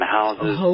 houses